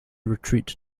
retreat